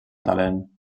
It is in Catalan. talent